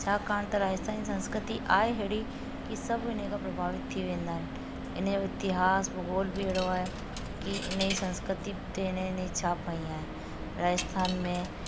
छाकाणि त राजस्थान जी संस्कृति आहे अहिड़ी की सभु इन खां प्रभावित थी वेंदा आहिनि इन जो इतिहास भूगोल बि अहिड़ो आहे की इन जी संस्कृति त इन नी छा पई आहे राजस्थान में